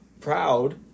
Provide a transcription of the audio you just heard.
proud